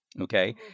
okay